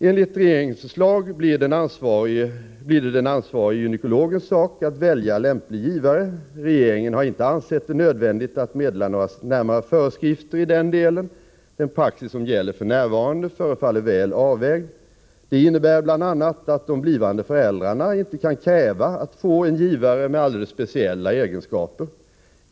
Enligt regeringens förslag blir det den ansvarige gynekologens sak att välja lämplig givare. Regeringen har inte ansett det nödvändigt att meddela några närmare föreskrifter i denna del. Den praxis som gäller fn. förefaller väl avvägd. Den innebär bl.a. att de blivande föräldrarna inte kan kräva att få en givare med alldeles speciella egenskaper.